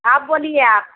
अब बोलिए आप